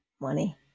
money